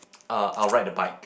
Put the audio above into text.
uh I'll ride the bike